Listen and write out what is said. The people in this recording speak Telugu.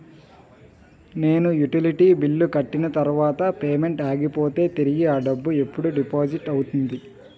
నేను యుటిలిటీ బిల్లు కట్టిన తర్వాత పేమెంట్ ఆగిపోతే తిరిగి అ డబ్బు ఎప్పుడు డిపాజిట్ అవుతుంది?